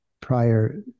prior